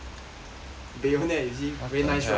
bayonet you see very nice right